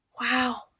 Wow